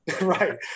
right